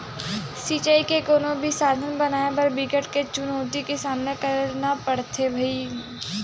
सिचई के कोनो भी साधन बनाए बर बिकट के चुनउती के सामना करना परथे भइर